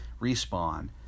respawn